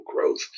growth